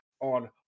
on